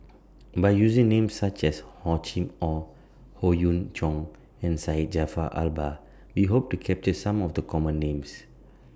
By using Names such as Hor Chim Or Howe Yoon Chong and Syed Jaafar Albar We Hope to capture Some of The Common Names